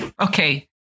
Okay